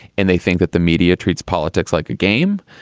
and they think that the media treats politics like a game.